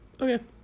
Okay